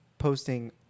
posting